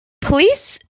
police